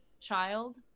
child